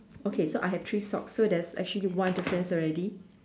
okay so I have three socks so there's actually one difference already